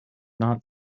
not